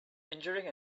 injuring